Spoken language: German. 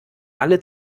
alle